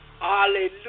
Hallelujah